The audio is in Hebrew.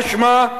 משמע,